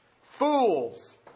fools